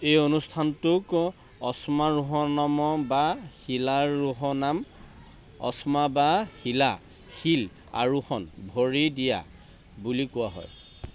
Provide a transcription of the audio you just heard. এই অনুষ্ঠানটোক অশ্মাৰোহণম বা শিলাৰোহনাম অশ্মা বা শিলা শিল আৰোহন ভৰি দিয়া বুলি কোৱা হয়